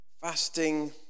Fasting